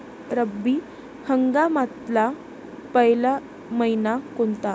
रब्बी हंगामातला पयला मइना कोनता?